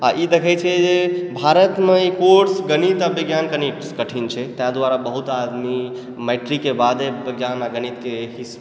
आ ई देखै छियै जे भारतमे ई कोर्स गणित आ विज्ञान कनि कठिन छै ताहि दुआरे बहुत आदमी मैट्रिकके बादे विज्ञान आ गणितके